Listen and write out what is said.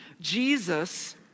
Jesus